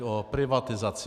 O privatizaci.